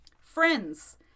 Friends